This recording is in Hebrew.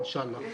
אינשאללה.